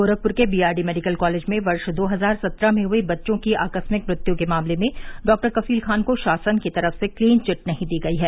गोरखपुर के B R D medical college में वर्ष दो हजार सत्रह में हुई बच्चों की आकस्मिक मृत्यु के मामले में डॉ कफील खान को शासन की तरफ से क्लीन चिट नहीं दी गयी है